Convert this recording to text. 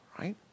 right